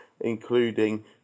including